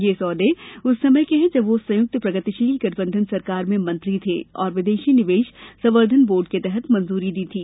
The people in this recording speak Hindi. यह सौदे उस समय के हैं जब वह संयुक्त प्रगतिशील गठबंधन सरकार में मंत्री थे और विदेशी निवेश संवर्धन बोर्ड के तहत मंजूरी दी थी